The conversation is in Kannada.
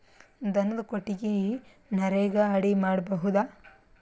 ದನದ ಕೊಟ್ಟಿಗಿ ನರೆಗಾ ಅಡಿ ಮಾಡಬಹುದಾ?